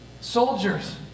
soldiers